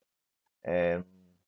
and